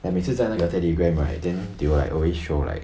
like 每次在那个 Telegram right then they will like always show like